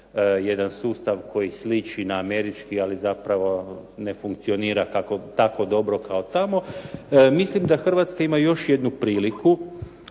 jedan sustav koji sliči na američki, ali zapravo ne funkcionira tako dobro kao tamo. Mislim da Hrvatska ima još jednu priliku